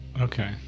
Okay